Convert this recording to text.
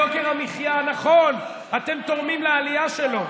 יוקר המחיה, נכון, אתם תורמים לעלייה שלו,